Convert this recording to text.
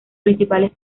principales